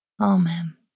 Amen